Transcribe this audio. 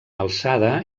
alçada